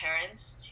parents